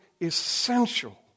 essential